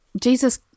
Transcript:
Jesus